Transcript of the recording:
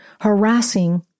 harassing